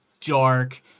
dark